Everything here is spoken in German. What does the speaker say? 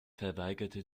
verweigerte